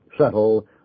settle